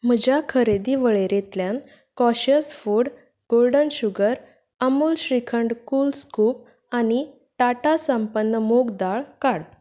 म्हज्या खरेदी वळेरेंतल्यान conscious food golden sugar Amul shrikhand cool scoop आनी टाटा संपन्न मूग दाळ काड